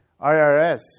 IRS